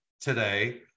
today